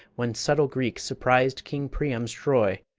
when subtle greeks surpris'd king priam's troy.